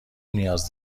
نیاز